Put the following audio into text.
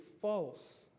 false